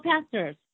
pastors